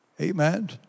Amen